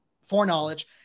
foreknowledge